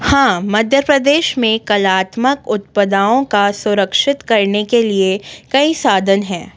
हाँ मध्य प्रदेश में कलात्मक उत्पादों को सुरक्षित करने के लिए कई साधन हैं